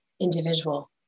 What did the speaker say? individual